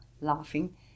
laughing